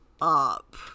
up